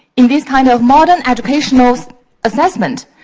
in this kind of model educational assessment,